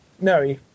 No